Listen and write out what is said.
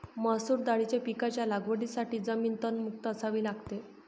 मसूर दाळीच्या पिकाच्या लागवडीसाठी जमीन तणमुक्त असावी लागते